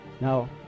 Now